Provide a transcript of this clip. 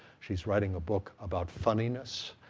she's writing a book about funniness,